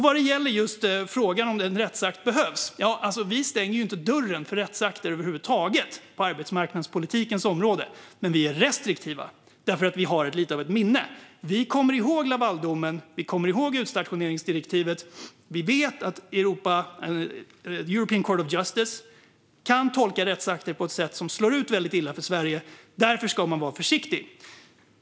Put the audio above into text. Vad gäller frågan om en rättsakt behövs stänger vi inte dörren för rättsakter över huvud taget på arbetsmarknadspolitikens område, men vi är restriktiva därför att vi har ett minne. Vi kommer ihåg Lavaldomen, vi kommer ihåg utstationeringsdirektivet och vi vet att European Court of Justice kan tolka rättsakter på ett sätt som slår väldigt illa för Sverige. Därför ska man vara försiktig.